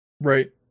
Right